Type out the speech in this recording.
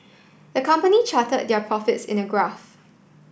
the company charted their profits in a graph